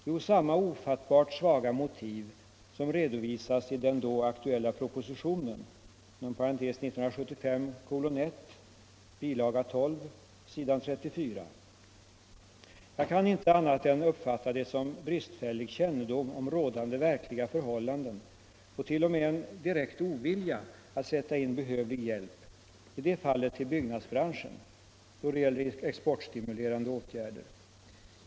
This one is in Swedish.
Jo, samma ofattbart svaga motiv som redovisas i den då aktuella propositionen, 1975:1, bilaga 12 s. 34. Jag kan inte uppfatta det som något annat än bristfällig kännedom om rådande verkliga förhållanden och t.o.m. som en direkt ovilja att sätta in behövlig hjälp, i det fallet till byggbranschen, då det gäller exportstimulerande åtgärder.